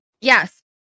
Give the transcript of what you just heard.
Yes